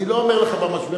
אני לא אומר לך במשבר,